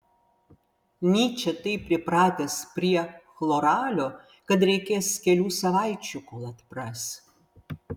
nyčė taip pripratęs prie chloralio kad reikės kelių savaičių kol atpras